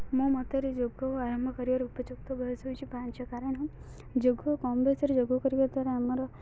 ମଁ ମତରେ ଯୋଗ ଆରମ୍ଭ କରିବାର ଉପଯୁକ୍ତ ବୟସ ହେଉଛି ପାଞ୍ଚ କାରଣ ଯୋଗ କମ୍ ବୟସରେ ଯୋଗ କରିବା ଦ୍ୱାରା ଆମର